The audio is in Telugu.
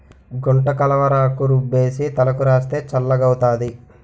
గుంటకలవరాకు రుబ్బేసి తలకు రాస్తే చల్లగౌతాది